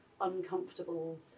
uncomfortable